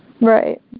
right